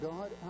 God